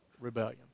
rebellion